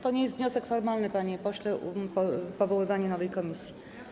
To nie jest wniosek formalny, panie pośle, powoływanie nowej komisji.